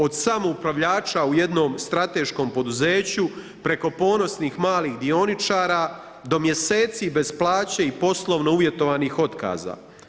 Od samih upravljača u jednom strateškom poduzeću, preko ponosnih malih dioničara, do mjeseci bez plaće i poslovno uvjetovanih otkaza.